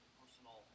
personal